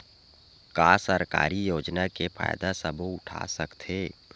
का सरकारी योजना के फ़ायदा सबो उठा सकथे?